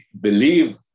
believe